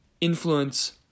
influence